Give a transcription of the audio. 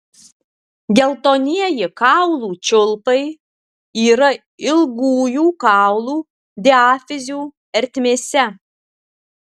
geltonieji kaulų čiulpai yra ilgųjų kaulų diafizių ertmėse